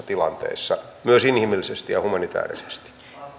tilanteissa myös inhimillisesti ja humanitäärisesti